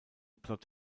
plot